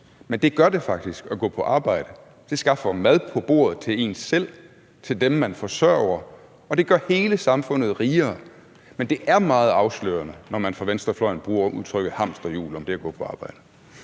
men det gør det faktisk at gå på arbejde. Det skaffer mad på bordet til en selv, til dem, man forsørger, og det gør hele samfundet rigere. Men det er meget afslørende, når man fra venstrefløjen bruger udtrykket hamsterhjul om det at gå på arbejde.